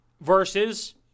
versus